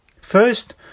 First